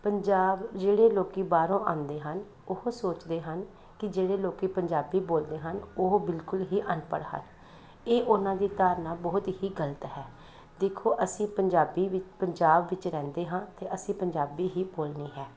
ਪੰਜਾਬ ਜਿਹੜੇ ਲੋਕ ਬਾਹਰੋਂ ਆਉਂਦੇ ਹਨ ਉਹ ਸੋਚਦੇ ਹਨ ਕਿ ਜਿਹੜੇ ਲੋਕ ਪੰਜਾਬੀ ਬੋਲਦੇ ਹਨ ਉਹ ਬਿਲਕੁਲ ਹੀ ਅਨਪੜ੍ਹ ਹਨ ਇਹ ਉਹਨਾਂ ਦੀ ਧਾਰਨਾ ਬਹੁਤ ਹੀ ਗਲਤ ਹੈ ਦੇਖੋ ਅਸੀਂ ਪੰਜਾਬੀ ਪੰਜਾਬ ਵਿੱਚ ਰਹਿੰਦੇ ਹਾਂ ਅਤੇ ਅਸੀਂ ਪੰਜਾਬੀ ਹੀ ਬੋਲਣੀ ਹੈ